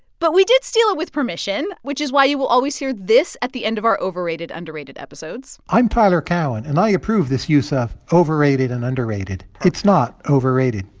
but we did steal it with permission which is why you will always hear this at the end of our overrated underrated episodes i'm tyler cowen, and i approve this use of overrated and underrated. it's not overrated